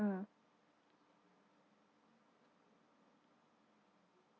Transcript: mm